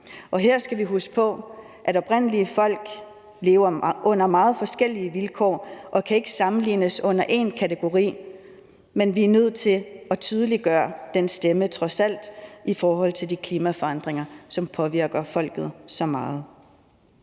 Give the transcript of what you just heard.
Og her skal vi huske på, at oprindelige folk lever under meget forskellige vilkår og ikke kan samles under en kategori, men vi er nødt til trods alt at tydeliggøre deres stemme i forhold til de klimaforandringer, som påvirker folk så meget.